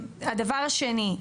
הדבר השני,